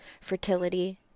fertility